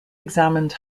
examined